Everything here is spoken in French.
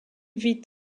vit